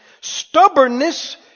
Stubbornness